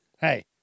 Hey